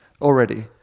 already